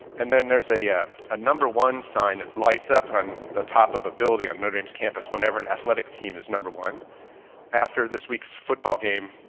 and then there's a yeah a number one sign that lights up on the top of ability on no-names campus whenever an athletic team is number one after this week's football game.